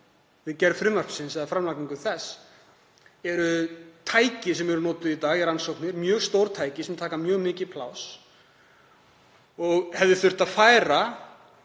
við gerð frumvarpsins eða framlagningu þess, eru tækin sem notuð eru í rannsóknir í dag, mjög stór tæki sem taka mjög mikið pláss og hefði þurft að færa